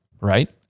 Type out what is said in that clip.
right